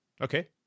Okay